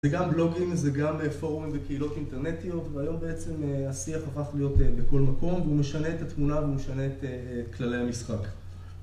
זה גם בלוגים, זה גם פורומים וקהילות אינטרנטיות והיום בעצם השיח הפך להיות בכל מקום והוא משנה את התמונה והוא משנה את כללי המשחק